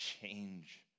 change